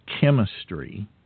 chemistry